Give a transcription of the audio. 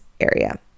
area